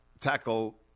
tackle